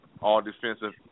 all-defensive